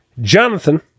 Jonathan